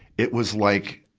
it was like,